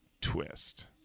Twist